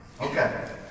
Okay